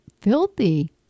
filthy